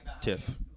Tiff